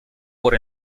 por